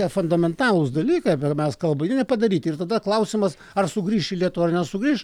tie fundamentalūs dalykai apie mes kalbam nepadaryti ir tada klausimas ar sugrįš į lietuvą ar nesugrįš